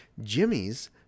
jimmy's